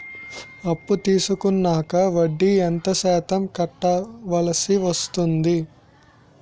అప్పు తీసుకున్నాక వడ్డీ ఎంత శాతం కట్టవల్సి వస్తుంది?